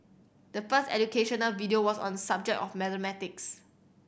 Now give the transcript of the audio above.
the first educational video was on subject of mathematics